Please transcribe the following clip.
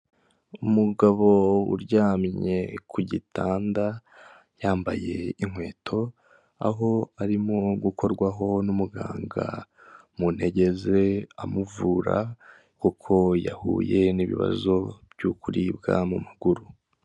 Umugabo uryamye ku gitanda yambaye inkweto, aho arimo gukorwaho n'umuganga mu ntege ze amuvura kuko yahuye n'ibibazo byo kuribwa mu maguru.